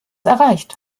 erreicht